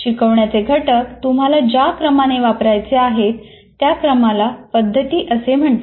शिकवण्याचे घटक तुम्हाला ज्या क्रमाने वापरायचे आहेत त्या क्रमाला पद्धती असे म्हणतात